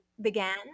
began